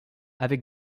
avec